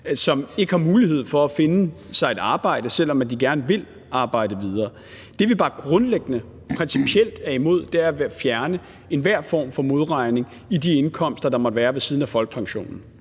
som ikke har mulighed for at finde sig et arbejde, selv om de gerne vil arbejde videre. Det, vi bare grundlæggende principielt er imod, er at fjerne enhver form for modregning i de indkomster, der måtte være ved siden af folkepensionen.